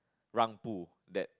让步: rang bu that